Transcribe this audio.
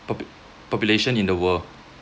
popu~ population in the world